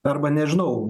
arba nežinau